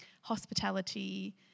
hospitality